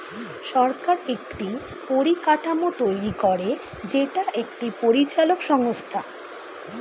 সরকার একটি পরিকাঠামো তৈরী করে যেটা একটি পরিচালক সংস্থা